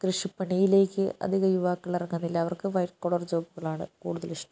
കൃഷിപ്പണിയിലേക്ക് അധികം യുവാക്കൾ ഇറങ്ങുന്നില്ല അവർക്ക് വൈറ്റ് കോളർ ജോബുകളാണ് കൂടുതൽ ഇഷ്ടം